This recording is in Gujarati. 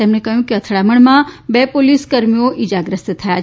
તેમણે કહ્યું કે અથડામણમાં બે પોલીસ કર્મી પણ ઈજાગ્રસ્ત થયા છે